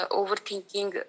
overthinking